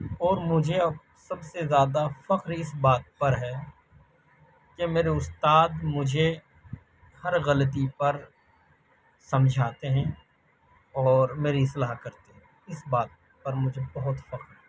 اور مجھے اب سب سے زیادہ فخر اس بات پر ہے کہ میرے استاد مجھے ہر غلطی پر سمجھاتے ہیں اور میری اصلاح کرتے ہیں اس بات پر مجھے بہت فخر ہے